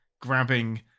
grabbing